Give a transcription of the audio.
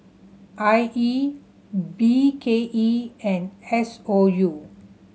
I E B K E and S O U